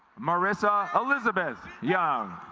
marisa elizabeth young